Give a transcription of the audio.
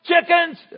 chickens